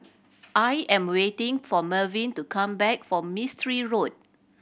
I am waiting for Merwin to come back from Mistri Road